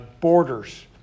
borders